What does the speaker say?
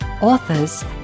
authors